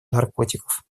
наркотиков